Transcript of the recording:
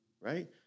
right